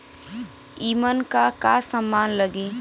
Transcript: ईमन का का समान लगी?